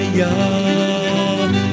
young